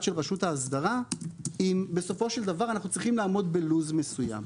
של רשות האסקרה אם בסופו של דבר אנחנו צריכים לעמוד בלו"ז מסוים.